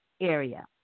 area